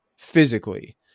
physically